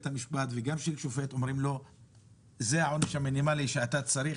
המשפט וגם של שופט ואומרים לו זה העונש המינימלי שאתה צריך,